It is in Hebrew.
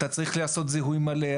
אתה צריך לעשות זיהוי מלא,